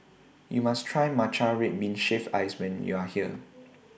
YOU must Try Matcha Red Bean Shaved Ice YOU Are here